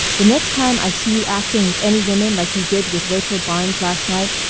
the next time i see you acting with any woman like you did with rachael barnes last night,